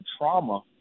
trauma